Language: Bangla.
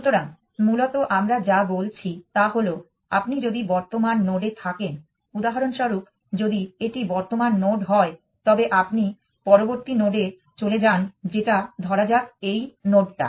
সুতরাং মূলত আমরা যা বলছি তা হল আপনি যদি বর্তমান নোডে থাকেন উদাহরণস্বরূপ যদি এটি বর্তমান নোড হয় তবে আপনি পরবর্তী নোডে চলে যান যেটা ধরা যাক এই নোডটা